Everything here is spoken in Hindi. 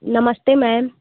नमस्ते मैम